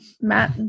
Matt